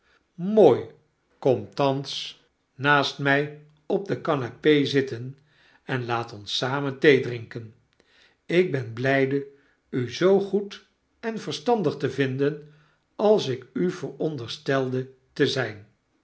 mooi kom thans naast my op de canape zitten en laat ons samen theedrinken ik ben blijde u zoo goed en verstandig te vinden als ik u vooronderstelde te zyn